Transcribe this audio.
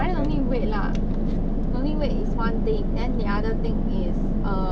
but then don't need wait lah no need wait is one thing then the other thing is err